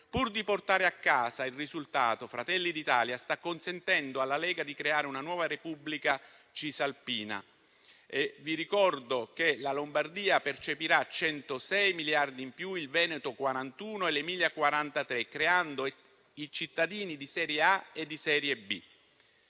Pur di portare a casa il risultato, Fratelli d'Italia sta consentendo alla Lega di creare una nuova Repubblica Cisalpina. Vi ricordo che la Lombardia percepirà 106 miliardi in più, il Veneto 41 e l'Emilia-Romagna 43, creando cittadini di serie A e cittadini